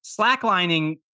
slacklining